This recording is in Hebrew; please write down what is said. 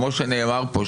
כמו שנאמר פה,